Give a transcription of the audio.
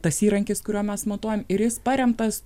tas įrankis kuriuo mes matuojam ir jis paremtas